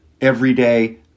everyday